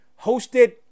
Hosted